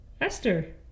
esther